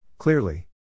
Clearly